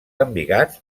embigats